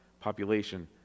population